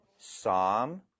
Psalm